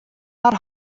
har